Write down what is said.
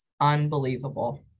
unbelievable